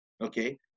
Okay